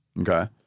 Okay